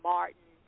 Martin